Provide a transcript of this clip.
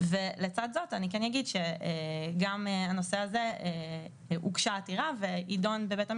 אני מזכיר שבאוסטריה אנשים לא יצטרכו בידוד של שבוע